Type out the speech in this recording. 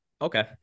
Okay